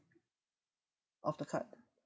of the cut